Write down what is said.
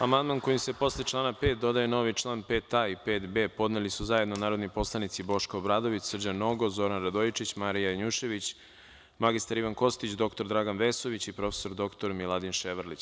Amandman kojim se posle člana 5. dodaje novi član 5a i 5b podneli su zajedno narodni poslanici Boško Obradović, Srđan Nogo, Zoran Radojičić, Marija Janjušević, mr Ivan Kostić, dr Dragan Vesović i prof. dr Miladin Ševarlić.